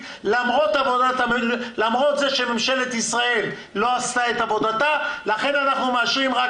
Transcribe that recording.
למרות זה שממשלת ישראל לא עשתה את עבודתה,